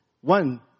One